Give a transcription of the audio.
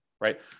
right